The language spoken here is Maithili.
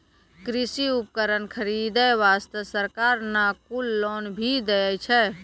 कृषि उपकरण खरीदै वास्तॅ सरकार न कुल लोन भी दै छै